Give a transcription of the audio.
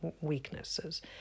weaknesses